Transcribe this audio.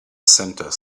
center